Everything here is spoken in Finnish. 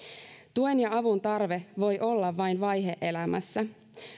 tuen ja avun tarve voi olla vain vaihe elämässä